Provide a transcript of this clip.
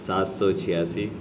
سات سو چھیاسی